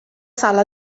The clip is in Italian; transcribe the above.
sala